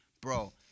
Bro